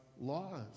laws